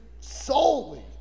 solely